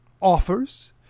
offers